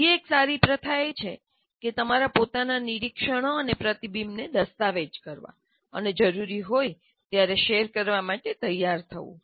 બીજી સારી પ્રથા એ છે કે તમારા પોતાના નિરીક્ષણો અને પ્રતિબિંબને દસ્તાવેજ કરવો અને જરૂરી હોય ત્યારે શેર કરવા માટે તૈયાર થવું